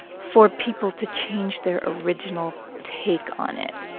for people to change their original take on it